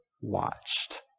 watched